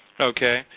Okay